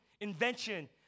invention